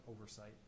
oversight